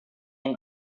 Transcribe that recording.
and